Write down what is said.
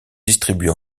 distribués